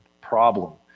problem